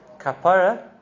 Kapara